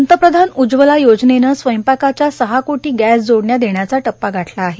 पंतप्रधान उज्वला योजनेनं स्वयंपाकाच्या सहा कोटी गॅस जोडण्या देण्याचा टप्पा गाठला आहे